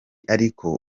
ariko